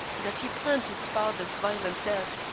that he planned his father's violent death,